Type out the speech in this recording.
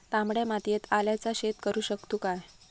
तामड्या मातयेत आल्याचा शेत करु शकतू काय?